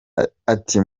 ati